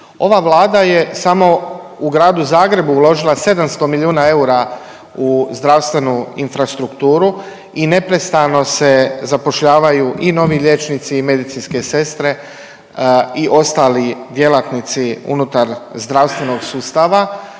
Ova Vlada je samo u Gradu Zagrebu uložila 700 milijuna eura u zdravstvenu infrastrukturu i neprestano se zapošljavaju i novi liječnici i medicinske sestre i ostali djelatnici unutar zdravstvenog sustava.